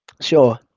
Sure